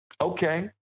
okay